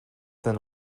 than